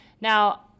Now